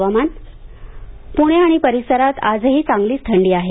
हवामान प्णे आणि परिसरात आजही चांगलीच थंडी आहे